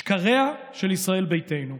שקריה של ישראל ביתנו: